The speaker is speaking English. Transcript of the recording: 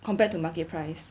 compared to market price